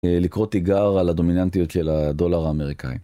לקרוא תיגר על הדומיננטיות של הדולר האמריקאי.